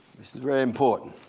this is very important.